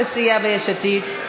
בסיעת יש עתיד?